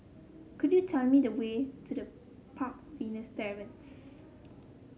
could you tell me the way to the Park Villas Terrace